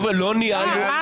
חבר'ה, לא ניהלנו --- לא.